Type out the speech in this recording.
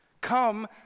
Come